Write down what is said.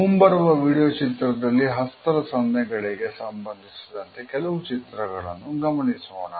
ಮುಂಬರುವ ವಿಡಿಯೋ ಚಿತ್ರದಲ್ಲಿ ಹಸ್ತದ ಸನ್ನೆಗಳಿಗೆ ಸಂಬಂಧಿಸಿದಂತೆ ಕೆಲವು ಚಿತ್ರಗಳನ್ನು ಗಮನಿಸೋಣ